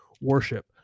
worship